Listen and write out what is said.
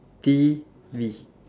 T_V